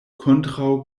kontraŭ